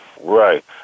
Right